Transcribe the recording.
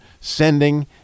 sending